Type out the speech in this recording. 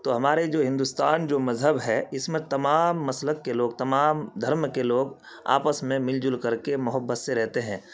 تو ہمارے جو ہندوستان جو مذہب ہے اس میں تمام مسلک کے لوگ تمام دھرم کے لوگ آپس میں مل جل کر کے محبت سے رہتے ہیں